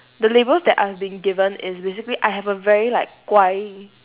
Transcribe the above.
the labels that I've been given is basically I have a very like 乖